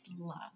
love